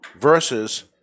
versus